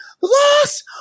loss